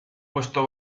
puesto